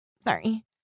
sorry